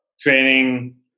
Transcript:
training